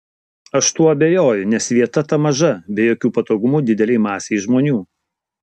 aš tuo abejoju nes vieta ta maža be jokių patogumų didelei masei žmonių